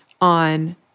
on